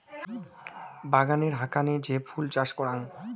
বাগানের হাকানে যে ফুল চাষ করাং